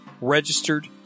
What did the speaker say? registered